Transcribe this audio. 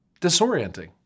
disorienting